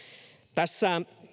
tässä